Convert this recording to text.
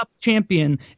champion